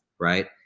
right